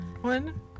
one